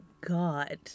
God